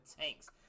tanks